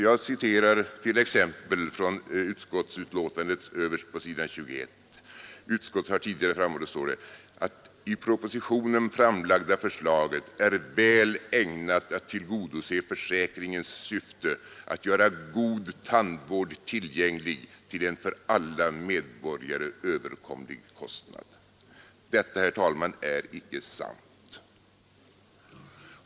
Jag citerar t.ex. från utskottsbetänkandet överst på s. 21: ”Utskottet har tidigare framhållit att det i propositionen framlagda förslaget är väl ägnat att tillgodose försäkringens syfte att göra god tandvård tillgänglig till en för alla medborgare överkomlig kostnad.” Detta, herr talman, är icke sant.